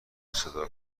صدا